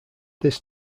this